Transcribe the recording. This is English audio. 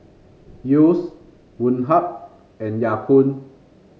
Yeo's Woh Hup and Ya Kun